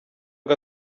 ngo